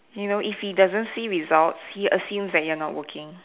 you know if he doesn't see results he assumes that you're not working